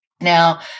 Now